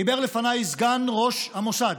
דיבר לפניי סגן ראש המוסד,